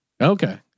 Okay